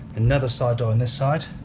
another side door on this side,